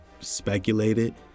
speculated